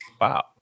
Wow